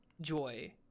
joy